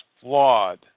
flawed